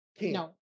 No